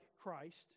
Christ